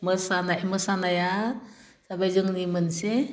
मोसानाय मोसानाया जाबाय जोंनि मोनसे